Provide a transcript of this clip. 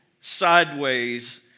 sideways